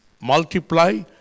multiply